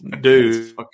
dude